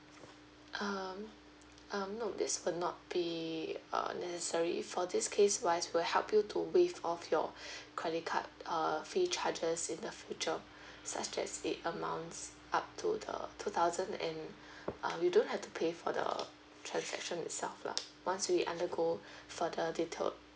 um um no this will not be uh necessary for this case wise we'll help you to waive off your credit card uh fee charges in the future such that it amounts up to the uh two thousand and uh you don't have to pay for the transaction itself lah once we undergo further detail